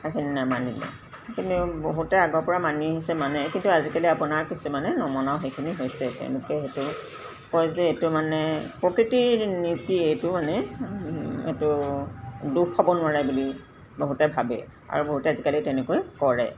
সেইখিনি নামানিলে কিন্তু বহুতে আগৰপৰা মানি আহিছে মানে কিন্তু আজিকালি আপোনাৰ কিছুমানে নমনাও সেইখিনি হৈছে তেওঁলোকে সেইটো কয় যে এইটো মানে প্ৰকৃতিৰ নীতি এইটো মানে এইটো দোষ হ'ব নোৱাৰে বুলি বহুতে ভাবে আৰু বহুতে আজিকালি তেনেকৈ কৰে